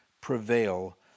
prevail